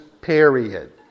period